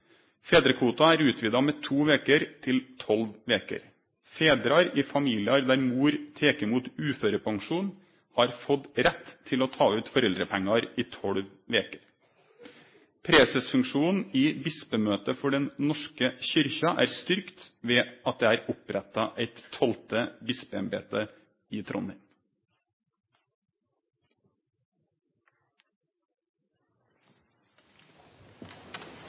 til tolv veker. Fedrar i familiar der mor tek imot uførepensjon, har fått rett til å ta ut foreldrepengar i tolv veker. Presesfunksjonen i Bispemøtet for Den norske kyrkja er styrkt ved at det er oppretta eit tolvte bispeembete i